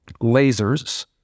lasers